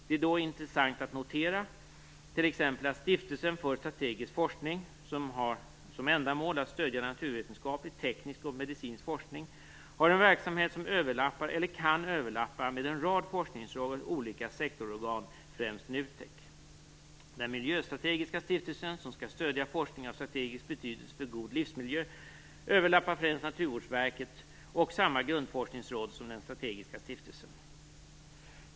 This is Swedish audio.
Det är då intressant att notera t.ex. att Stiftelsen för strategisk forskning, som har som ändamål att stödja naturvetenskaplig, teknisk och medicinsk forskning, har en verksamhet som överlappar eller kan överlappa med en rad forskningsråd och olika sektorsorgan, främst NUTEK. Den miljöstrategiska stiftelsen, som skall stödja forskning av strategisk betydelse för en god livsmiljö, överlappar främst Naturvårdsverket och samma grundforskningsråd som den strategiska stiftelsen.